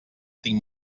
tinc